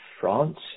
France